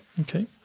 Okay